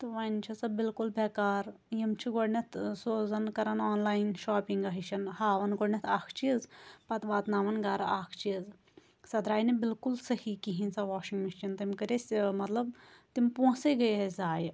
تہٕ وۄنۍ چھِ سۄ بالکل بیٚکار یِم چھِ گۄڈٕنیٚتھ ٲں سوزان کَران آنلایِن شاپنٛگہ ہِش ہاوان گۄڈٕنیٚتھ اَکھ چیٖز پَتہٕ واتناوان گھرٕ اَکھ چیٖز سۄ درٛاے نہٕ بالکل صحیٖح کِہیٖنۍ سۄ واشِنٛگ مِشیٖن تٔمۍ کٔرۍ اسہِ ٲں مطلب تِم پونٛسٔے گٔے اسہِ ضایعہِ